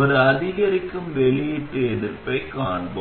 ஒரு அதிகரிக்கும் வெளியீட்டு எதிர்ப்பைக் காண்போம்